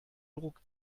druck